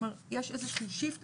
כלומר יש איזה שהוא shift,